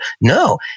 No